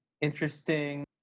interesting